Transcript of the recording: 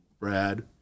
Brad